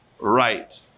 right